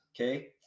Okay